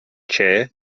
chair